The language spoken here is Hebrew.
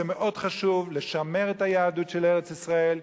זה מאוד חשוב לשמר את היהדות של ארץ-ישראל,